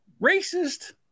Racist